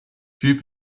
few